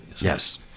Yes